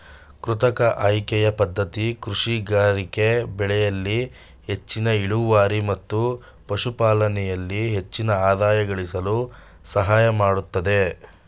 ಕೃತಕ ಆಯ್ಕೆಯ ಪದ್ಧತಿ ಕೃಷಿಕರಿಗೆ ಬೆಳೆಯಲ್ಲಿ ಹೆಚ್ಚಿನ ಇಳುವರಿ ಮತ್ತು ಪಶುಪಾಲನೆಯಲ್ಲಿ ಹೆಚ್ಚಿನ ಆದಾಯ ಗಳಿಸಲು ಸಹಾಯಮಾಡತ್ತದೆ